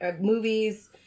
movies